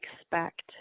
expect